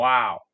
Wow